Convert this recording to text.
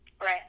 Right